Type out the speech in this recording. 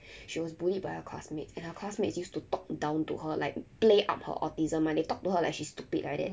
she was bullied by her classmates and her classmates used to talk down to her like play up her autism [one] they talk to her like she's stupid like that